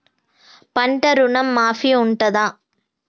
పంట ఋణం మాఫీ ఉంటదా?